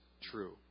true